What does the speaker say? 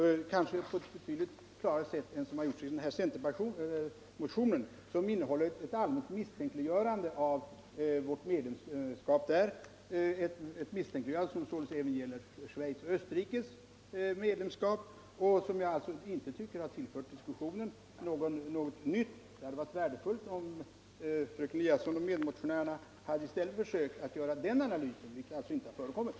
Det har jag kanske gjort på ett betydligt klarare sätt än vad som har gjorts i centermotionen, som innehåller ett allmänt misstänkliggörande av vårt medlemskap — ett misstänkliggörande som således även gäller Schweiz och Österrikes medlemskap där — och som jag inte tycker har tillfört diskussionen någonting nytt. Det hade varit värdefullt, om fröken Eliasson och medmotionärerna i stället hade försökt att göra den analysen, vilket alltså inte skett.